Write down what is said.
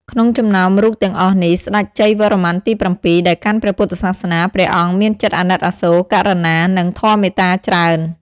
ក្នុងចំណោមរូបទាំងអស់នេះ ស្តេចជ័យវរ្ម័នទី៧ ដែលកាន់ព្រះពុទ្ធសាសនា ព្រះអង្គមានចិត្តអាណិតអាសូរ ករុណា និងធម៌មេត្តាច្រើន។